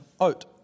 out